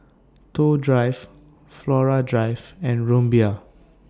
Toh Drive Flora Drive and Rumbia